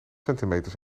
centimeters